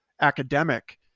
academic